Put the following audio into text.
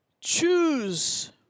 Choose